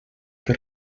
que